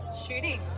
shooting